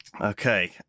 Okay